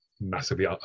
massively